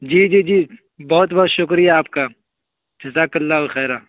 جی جی جی بہت بہت شکریہ آپ کا جزاک اللہ خیر